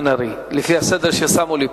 לפי הסדר ששמו לפני פה.